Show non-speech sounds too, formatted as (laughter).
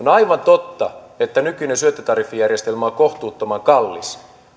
(unintelligible) on aivan totta että nykyinen syöttötariffijärjestelmä on kohtuuttoman kallis